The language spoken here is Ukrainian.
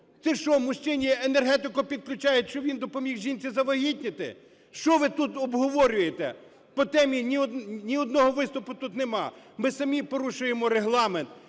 Це що, мужчині енергетику підключають, щоб він допоміг жінці завагітніти? Що ви тут обговорюєте?! По темі ні одного виступу тут нема. Ми самі порушуємо Регламент,